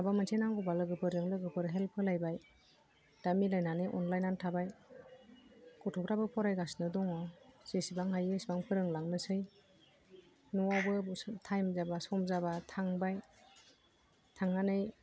माबा मोनसे नांगौबा लोगोफोरजों लोगोफोर हेल्प होलायबाय दा मिलायनानै अनलायनानै थाबाय गथ'फ्राबो फरायगासिनो दङ जेसेबां हायो इसेबां फोरोंलांनोसै न'आवबो टाइम जाबा सम जाबा थांबाय थांनानै